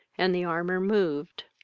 and the armour moved.